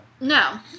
No